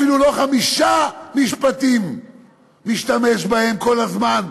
אפילו לא חמישה משפטים שאתה משתמש בהם כל הזמן,